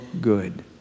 good